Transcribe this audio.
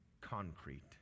concrete